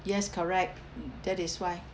yes correct mm that is why